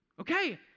Okay